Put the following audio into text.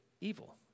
evil